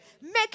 Make